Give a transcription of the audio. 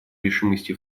решимости